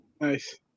Nice